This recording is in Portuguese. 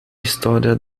história